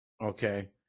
Okay